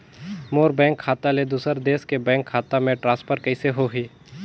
मोर bank खाता ले दुसर देश के बैंक खाता मे ट्रांसफर कइसे होही?